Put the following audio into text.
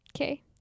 Okay